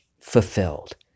fulfilled